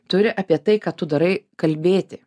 turi apie tai ką tu darai kalbėti